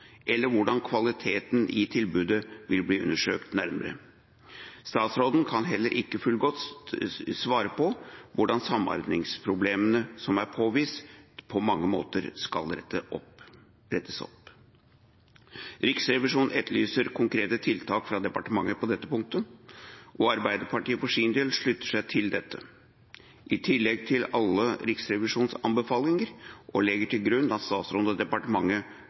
eller hvordan kvaliteten i tilbudet vil bli undersøkt nærmere. Statsråden kan heller ikke fullgodt svare på hvordan samarbeidsproblemene som er påvist på mange måter, skal rettes opp. Riksrevisjonen etterlyser konkrete tiltak fra departementet på dette punktet. Arbeiderpartiet for sin del slutter seg til dette, i tillegg til alle Riksrevisjonens anbefalinger, og legger til grunn at statsråden og departementet